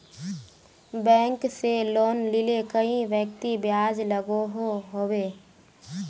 Bank से लोन लिले कई व्यक्ति ब्याज लागोहो होबे?